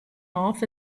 off